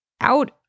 out